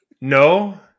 No